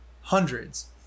hundreds